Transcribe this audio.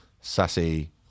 sassy